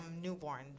newborn